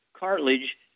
cartilage